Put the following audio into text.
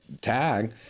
tag